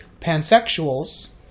pansexuals